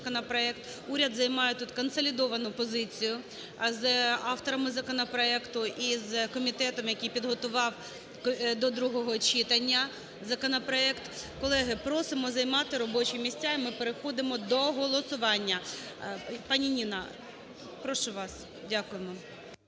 Уряд займає тут консолідовану позицію з авторами законопроекту і з комітетом, який підготував до другого читання законопроект. Колеги, просимо займати робочі місця. І ми переходимо до голосування. Пані Ніна, прошу вас. Дякуємо.